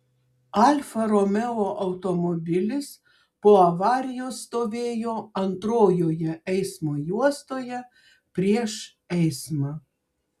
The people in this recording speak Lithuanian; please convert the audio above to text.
alfa romeo automobilis po avarijos stovėjo antrojoje eismo juostoje prieš eismą